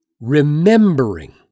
remembering